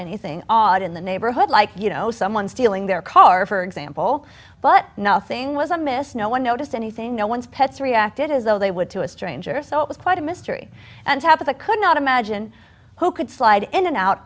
anything odd in the neighborhood like you know someone stealing their car for example but nothing was amiss no one noticed anything no one's pets reacted as though they would to a stranger so it was quite a mystery and happy to could not imagine who could slide in and out